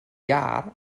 iâr